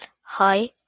Hi